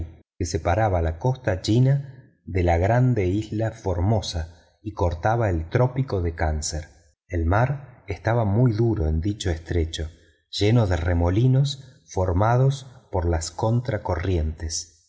que separa la costa china de la gran isla de formosa y cortaba el trópico de cáncer el mar estaba muy duro en dicho estrecho lleno de remolinos formados por las